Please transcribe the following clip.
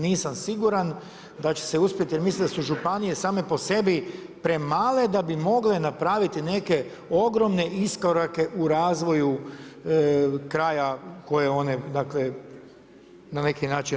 Nisam siguran da će uspjeti jel mislim da su županije same po sebi premale da bi mogle napraviti neke ogromne iskorake u razvoju kraja koje na neki način